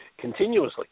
continuously